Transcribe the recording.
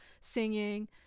singing